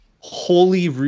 holy